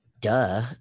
duh